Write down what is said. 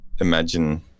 imagine